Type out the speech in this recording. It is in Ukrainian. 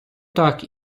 так